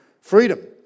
freedom